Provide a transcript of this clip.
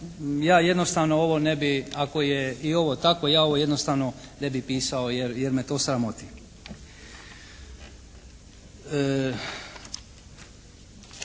ja jednostavno ovo ne bi, ako je i ovo tako, ja ovo jednostavno ne bi pisao jer me to sramoti.